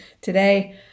today